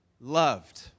loved